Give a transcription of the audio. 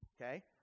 Okay